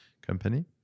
company